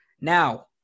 now